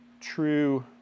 true